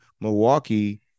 Milwaukee